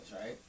right